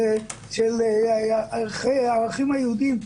של הערכים היהודים.